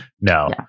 No